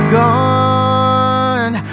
gone